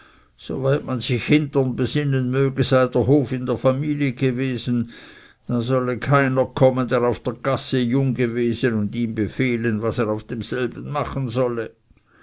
weit man sich hintern besinnen möge sei der hof in der familie gewesen da solle keiner kommen der auf der gasse jung gewesen und ihm befehlen was er auf demselben machen solle